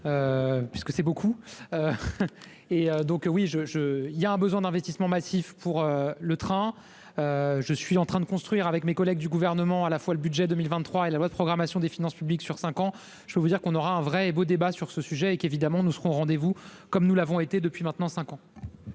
ce n'est pas rien ! Il y a un besoin d'investissements massifs pour le train. Je construis actuellement, avec mes collègues du Gouvernement, le budget 2023 et la loi de programmation des finances publiques sur cinq ans. Je peux vous dire que nous aurons un vrai et beau débat sur ce sujet et qu'évidemment nous serons au rendez-vous, comme nous l'avons été depuis maintenant cinq ans.